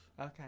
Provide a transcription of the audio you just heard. Okay